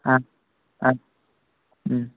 ಹಾಂ ಹಾಂ ಹ್ಞೂ